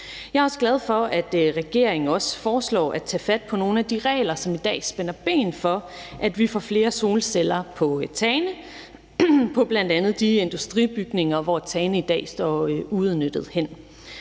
Jeg er også glad for, at regeringen også foreslår at tage fat på nogle af de regler, som i dag spænder ben for, at vi får flere solceller på tagene på bl.a. de industribygninger, hvor tagene i dag står uudnyttede hen.